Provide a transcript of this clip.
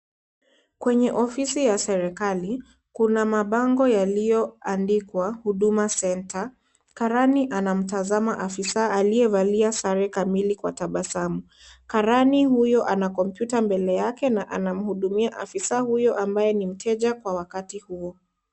Kwenye ofisi ya serekali kuna mabango yaliyoandikwa Huduma Centre . Karani anamtazama afisa aliyevalia sare kamili kwa tabasamu . Karani huyo ana kompyuta mbele yake na anamhudumia afisa huyo ambaye ni mteja kwa wakati huo.